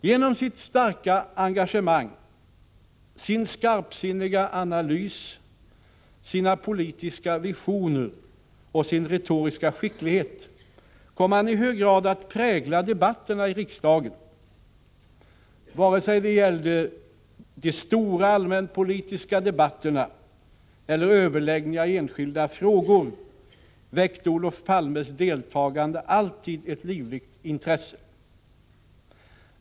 Genom sitt starka engagemang, sin skarpsinniga analys, sina politiska visioner och sin retoriska skicklighet kom han i hög grad att prägla debatterna i riksdagen. Vare sig det gällde de stora allmänpolitiska debatterna eller överläggningar i enskilda frågor väckte Olof Palmes deltagande alltid ett livligt intresse.